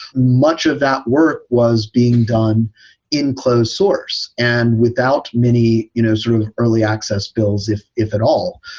much of that work was being done in closed source and without many you know sort of early access builds if if at all.